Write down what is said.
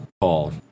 call